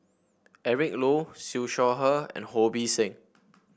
Eric Low Siew Shaw Her and Ho Bee Seng